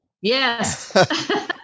Yes